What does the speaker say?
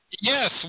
Yes